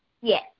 Yes